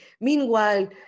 Meanwhile